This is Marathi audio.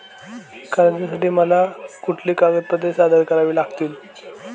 कर्जासाठी मला कुठली कागदपत्रे सादर करावी लागतील?